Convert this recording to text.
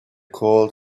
called